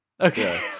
okay